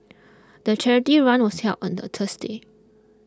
the charity run was held on the Thursday